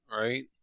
right